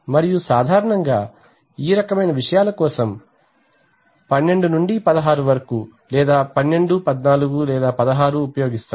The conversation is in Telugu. మరియు సాధారణంగా ఈ రకమైన విషయాల కోసం 12 నుండి 16 వరకు 12 14 లేదా 16 ఉపయోగిస్తారు